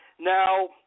Now